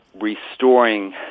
restoring